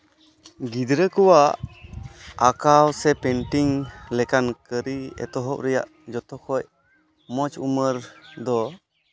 ᱜᱤᱫᱽᱨᱟᱹ ᱠᱚᱣᱟᱜ ᱟᱸᱠᱟᱣ ᱥᱮ ᱯᱮᱱᱴᱤᱝ ᱞᱮᱠᱟᱱ ᱠᱟᱹᱨᱤ ᱮᱛᱚᱦᱚᱵ ᱨᱮᱭᱟᱜ ᱡᱚᱛᱚᱠᱷᱚᱡ ᱢᱚᱡᱽ ᱩᱢᱟᱹᱨ ᱫᱚ